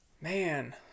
man